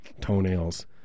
toenails